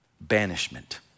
banishment